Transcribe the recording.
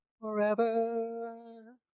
Forever